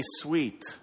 sweet